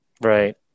Right